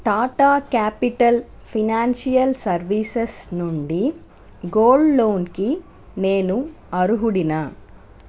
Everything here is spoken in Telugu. టాటా క్యాపిటల్ ఫినాన్షియల్ సర్వీసెస్ నుండి గోల్డ్ లోన్కి నేను అర్హుడినా